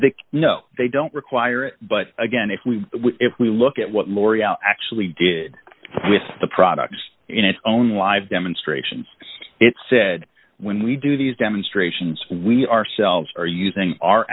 the no they don't require it but again if we if we look at what l'oreal actually did with the products in its own live demonstrations it said when we do these demonstrations we ourselves are using our